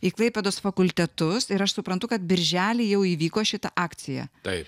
į klaipėdos fakultetus ir aš suprantu kad birželį jau įvyko šita akcija taip